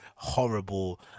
horrible